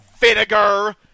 vinegar